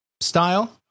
style